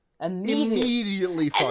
immediately